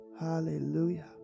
Hallelujah